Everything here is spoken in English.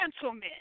Gentlemen